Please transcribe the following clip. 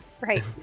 right